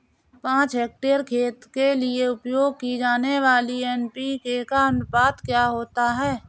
पाँच हेक्टेयर खेत के लिए उपयोग की जाने वाली एन.पी.के का अनुपात क्या होता है?